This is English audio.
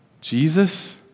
Jesus